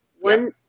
one